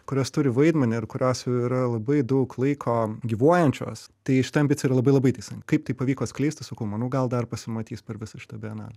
kurios turi vaidmenį ir kurios yra labai daug laiko gyvuojančios tai šita ambicija ir labai labai teisinga kaip tai pavyko atskleisti sakau manau gal dar pasimatys per visą šitą bienalę